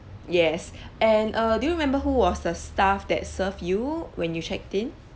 yes and err do you remember who was the staff that serve you when you checked in